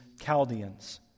Chaldeans